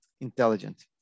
intelligent